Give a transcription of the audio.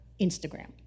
Instagram